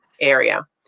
area